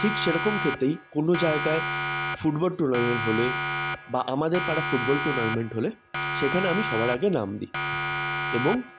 ঠিক সেরকম ক্ষেতেই কোনো জায়গায় ফুটবল টুর্নামেন্ট হলে বা আমাদের পাড়ায় ফুটবল টুর্নামেন্ট হলে সেখানে আমি সবার আগে নাম দিই এবং